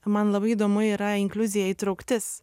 man labai įdomu yra inkliuzija įtrauktis